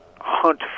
hunt